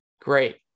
Great